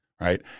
right